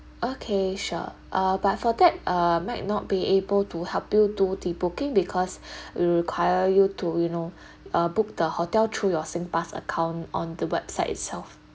okay sure uh but for that uh might not be able to help you do the booking because we require you to you know uh book the hotel through your singpass accounts on the website itself